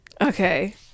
Okay